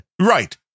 right